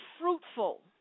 fruitful